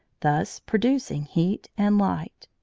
thus producing heat and light.